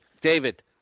David